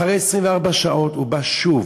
אחרי 24 שעות הוא בא שוב,